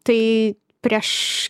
tai prieš